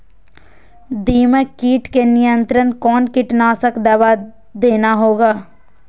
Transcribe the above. दीमक किट के नियंत्रण कौन कीटनाशक दवा देना होगा?